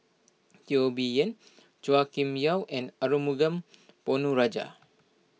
Teo Bee Yen Chua Kim Yeow and Arumugam Ponnu Rajah